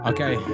Okay